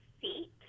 feet